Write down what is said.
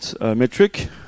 metric